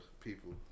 people